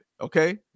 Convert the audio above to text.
okay